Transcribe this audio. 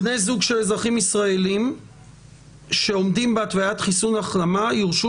בני זוג של אזרחים ישראליים שעומדים בהתוויית חיסון והחלמה יורשו